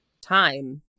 time